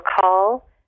call